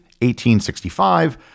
1865